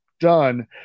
done